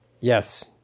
Yes